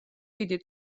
დიდი